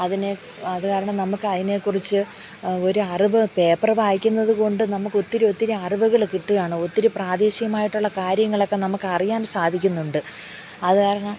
അതിനെ അത് കാരണം നമുക്ക് അതിനെക്കുറിച്ചു ഒരു അറിവ് പേപ്പറ് വായിക്കുന്നത് കൊണ്ട് നമുക്ക് ഒത്തിരി ഒത്തിരി അറിവുകൾ കിട്ടുകയാണ് ഒത്തിരി പ്രാദേശികമായിട്ടുള്ള കാര്യങ്ങളൊക്കെ നമുക്ക് അറിയാൻ സാധിക്കുന്നുണ്ട് അത് കാരണം